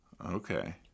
Okay